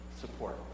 support